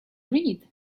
read